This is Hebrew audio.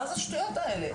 מה זה השטויות האלה?